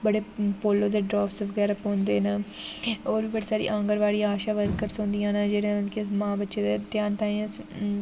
बड़े पोलियो दे ड्रॉप्स बगैरा पौंदे न होर बड़ी सारी आंगनबाड़ी आशा वर्कर्स होंदियां न जेह्ड़ियां मतलब कि मां बच्चे दा ध्यान ताहीं अस